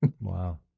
Wow